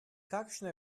kakšno